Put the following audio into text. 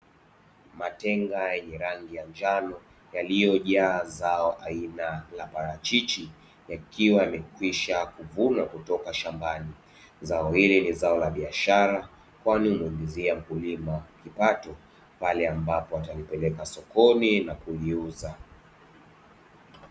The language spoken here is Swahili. Matenga yenye rangi ya njano iliyojaa zao aina la parachichi, yakiwa yamekwisha kuvunwa kutoka shambani. Zao hili ni zao la biashara kwani humuingizia mkulima kipato pale ambapo atalipeleka sokoni na kuliuza.